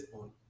on